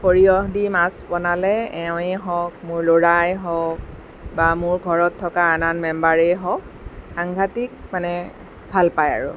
সৰিয়হ দি মাছ বনালে এৱেঁ হওঁক মোৰ ল'ৰাই হওঁক বা মোৰ ঘৰত থকা আন আন মেম্বাৰেই হওঁক সাংঘাটিক মানে ভাল পায় আৰু